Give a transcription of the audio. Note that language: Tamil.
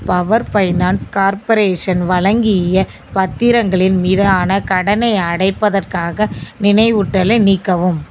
பவர் ஃபைனான்ஸ் கார்பரேஷன் வழங்கிய பத்திரங்களின் மீதான கடனை அடைப்பதற்காக நினைவூட்டலை நீக்கவும்